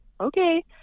okay